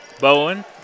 Bowen